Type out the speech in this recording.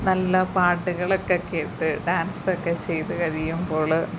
നല്ല പാട്ടുകളൊക്കെ കേട്ട് ഡാൻസൊക്കെ ചെയ്ത് കഴിയുമ്പോള്